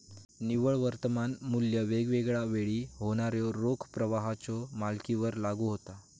निव्वळ वर्तमान मू्ल्य वेगवेगळा वेळी होणाऱ्यो रोख प्रवाहाच्यो मालिकेवर लागू होता